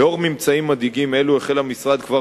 לנוכח ממצאים מדאיגים אלו החל המשרד כבר